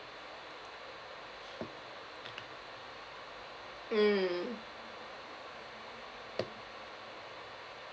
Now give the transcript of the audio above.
mm